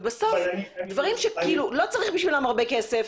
ובסוף דברים שלא צריך בשבילם הרבה כסף,